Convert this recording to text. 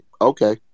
okay